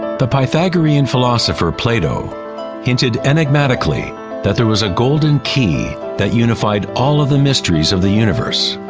the pythagorian philosopher plato hinted enigmatically that there was a golden key that unified all of the mysteries of the universe.